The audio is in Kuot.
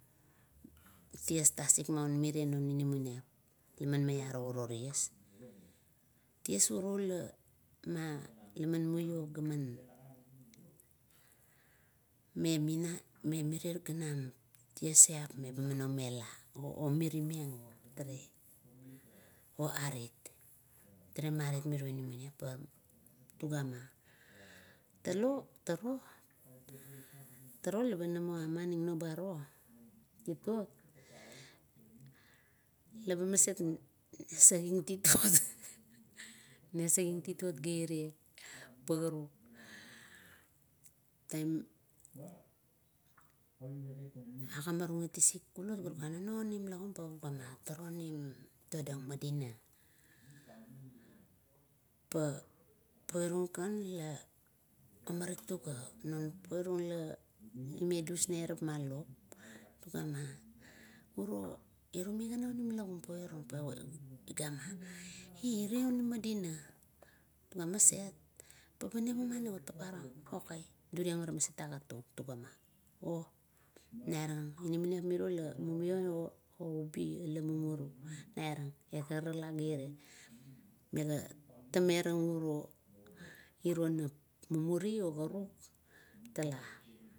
Ties tasik maun lon inamaniap laman maiaro uro ties. Ties uro na laman muio gaman, memirer ganam tieslap laba man omela, omirmeng, orait tale marit mire inamaniap. Pa tugama talop tago turuo laba amaning noba ruo, titot eba maset nosaek ming titok, gare. Amamarung isik kulot ga rugama, nuno onim lagum? Pa ugama turo onim todeng madina, pa poirung kar la omarik tung kar, long poirung laime dusnairapma lop. Tugama uro, iro migana onim lagum, poirung, paigama ira onim madina gan maset, paira la papa rong, ok duriang bat maset agat tung, pa tugama, inamaniap la mimio iro ubi ula mumuru, nainang eba garala temenang urio nap, mumuri, oganuk tala